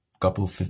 couple